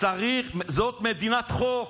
זאת מדינת חוק,